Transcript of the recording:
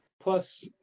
Plus